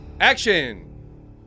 Action